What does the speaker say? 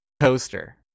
coaster